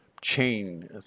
chain